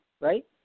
right